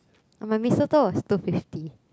oh my mee-soto was two fifty